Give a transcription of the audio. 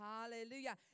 Hallelujah